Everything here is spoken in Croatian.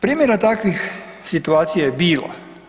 Primjera takvih situacija je bilo.